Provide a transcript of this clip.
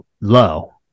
low